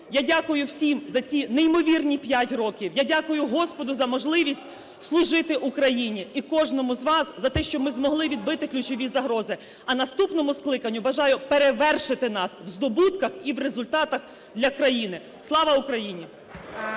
я дякую всім за ці неймовірні 5 років. Я дякую Господу за можливість служити Україні і кожному з вас, за те, що ми змогли відбити ключові загрози. А наступному скликанню бажаю перевершити нас в здобутках і в результатах для країни. Слава Україні!